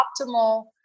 optimal